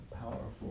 powerful